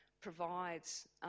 provides